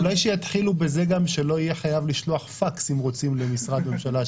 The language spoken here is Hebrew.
אולי גם שיתחילו בזה שלא חייבים לשלוח פקס אם רוצים במשרד ממשלתי,